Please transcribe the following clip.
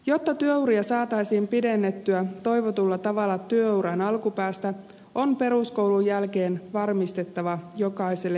jotta työuria saataisiin pidennettyä toivotulla tavalla työuran alkupäästä on peruskoulun jälkeen varmistettava jokaiselle jatkokoulutuspaikka